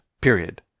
period